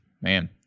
Man